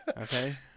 Okay